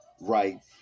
right